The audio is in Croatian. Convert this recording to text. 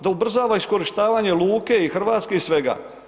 Da ubrzava iskorištavanje luke i Hrvatske i svega.